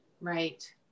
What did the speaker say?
right